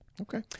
Okay